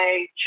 age